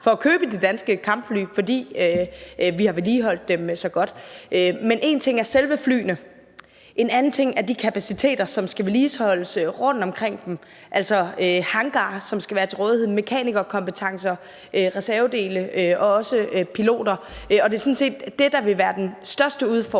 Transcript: for at købe de danske kampfly, fordi vi har vedligeholdt dem så godt. Men én ting er selve flyene, en anden ting er de faciliteter, som skal vedligeholdes rundt omkring dem, altså hangarer, som skal være til rådighed, mekanikerkompetencer, reservedele og også piloter. Og det er sådan set det, der vil være den største udfordring,